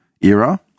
era